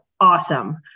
awesome